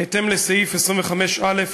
בהתאם לסעיף 25(א)